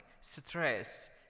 stress